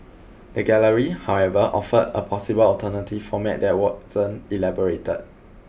the gallery however offered a possible alternative format that wasn't elaborated